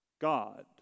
God